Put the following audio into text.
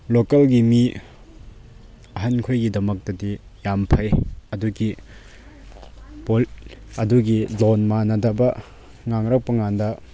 ꯂꯣꯀꯦꯜꯒꯤ ꯃꯤ ꯑꯍꯟ ꯈꯣꯏꯒꯤꯗꯃꯛꯇꯗꯤ ꯌꯥꯝ ꯐꯩ ꯑꯗꯨꯒꯤ ꯑꯗꯨꯒꯤ ꯂꯣꯟ ꯃꯥꯟꯅꯗꯕ ꯉꯥꯡꯂꯛꯄ ꯀꯥꯟꯗ